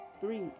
Three